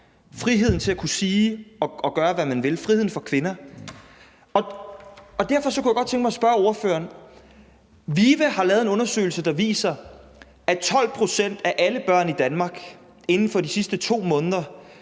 friheden til at kunne sige og gøre, hvad man vil; friheden for kvinder. Derfor kunne jeg godt tænke mig spørge ordføreren om en ting. VIVE har lavet en undersøgelse, der viser, at 12 pct. af alle børn i Danmark inden for de sidste 2 måneder